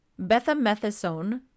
Bethamethasone